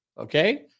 Okay